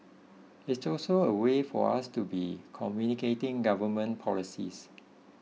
it's also a way for us to be communicating government policies